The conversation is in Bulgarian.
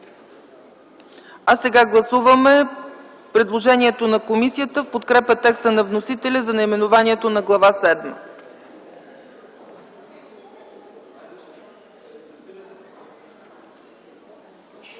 А сега гласуваме предложението на комисията в подкрепа текста на вносителя за наименованието на Глава